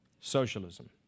Socialism